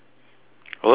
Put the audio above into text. worries